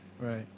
Right